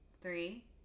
Three